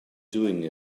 doing